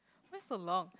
miss a long